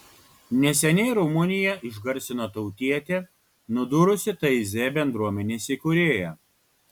neseniai rumuniją išgarsino tautietė nudūrusi taizė bendruomenės įkūrėją